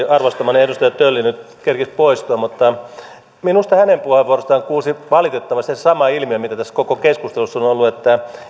arvostamani edustaja tölli nyt kerkisi poistua minusta hänen puheenvuorostaan kuulsi valitettavasti se sama ilmiö mitä tässä koko keskustelussa on ollut